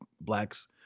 blacks